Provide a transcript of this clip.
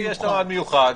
לנשיא יש מעמד מיוחד.